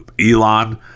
Elon